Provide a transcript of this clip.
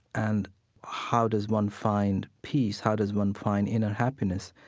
and how does one find peace, how does one find inner happiness,